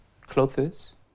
clothes